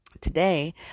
Today